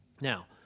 Now